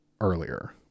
earlier